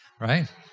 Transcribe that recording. Right